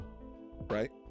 Right